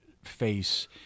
face